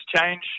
change